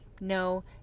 No